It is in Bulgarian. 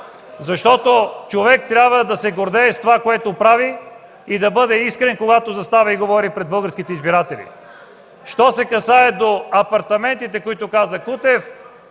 ДПС.) Човек трябва да се гордее с това, което прави, и да бъде искрен, когато застане и говори пред българските избиратели. Що се касае до апартаментите, за които каза Кутев,